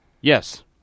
Yes